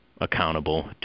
accountable